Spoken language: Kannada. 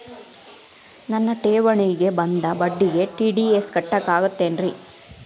ನನ್ನ ಠೇವಣಿಗೆ ಬಂದ ಬಡ್ಡಿಗೆ ಟಿ.ಡಿ.ಎಸ್ ಕಟ್ಟಾಗುತ್ತೇನ್ರೇ?